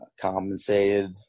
compensated